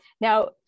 Now